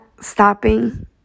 stopping